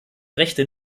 rechte